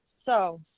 so